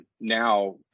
now